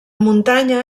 muntanya